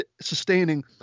sustaining